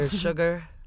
Sugar